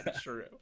True